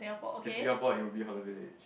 in Singapore it will be Holland-Village